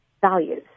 values